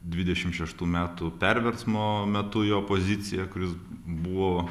dvidešim šeštų metų perversmo metu jo pozicija kuris buvo